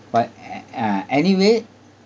but eh uh anyway